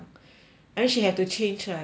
I mean she have to change lah I don't know